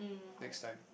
next time